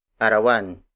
Arawan